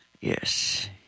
yes